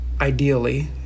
ideally